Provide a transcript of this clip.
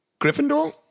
Gryffindor